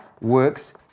works